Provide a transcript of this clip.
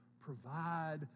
provide